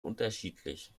unterschiedlich